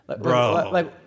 Bro